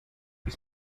ist